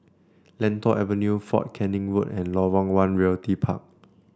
Lentor Avenue Fort Canning Road and Lorong One Realty Park